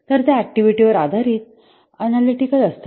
तर त्या ऍक्टिव्हिटी वर आधारित किंवा अनॅलिटीकल असतात